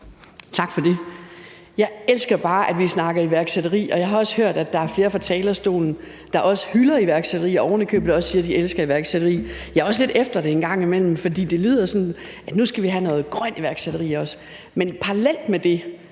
Juul (KF): Jeg elsker bare, at vi snakker iværksætteri, og jeg har også hørt flere fra talerstolen hylde iværksætteri og ovenikøbet også sige, at de elsker iværksætteri. Jeg er også lidt efter det en gang imellem, for det lyder, som om vi nu også skal have noget grønt iværksætteri; men parallelt med det